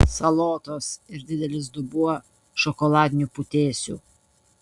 salotos ir didelis dubuo šokoladinių putėsių